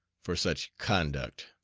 for such conduct,